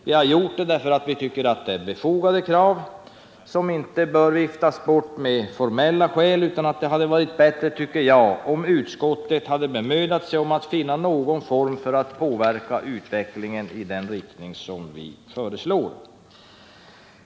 Vi har gjort det därför att vi anser att det är befogade krav som inte bör viftas bort med formella skäl. Jag tycker det hade varit bättre om utskottet hade bemödat sig att finna någon form för att påverka utvecklingen i den riktning som vi föreslår.